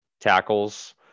tackles